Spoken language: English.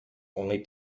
only